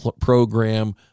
program